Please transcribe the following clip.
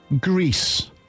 Greece